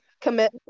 Commit